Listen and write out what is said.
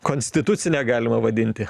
konstitucine galima vadinti